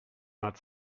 not